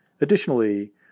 Additionally